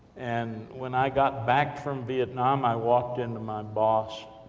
and when i got back from vietnam, i walked into my boss,